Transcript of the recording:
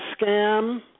scam